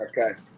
Okay